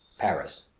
paris,